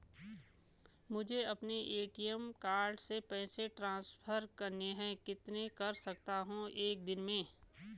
मुझे अपने ATM card से पैसे ट्रांसफर करने हैं कितने कर सकता हूँ एक दिन में?